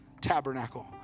tabernacle